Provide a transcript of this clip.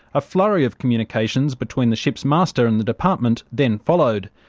a flurry of communications between the ship's master and the department then followed.